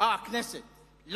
הכנסת בחרה את דודו רותם.